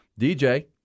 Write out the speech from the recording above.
DJ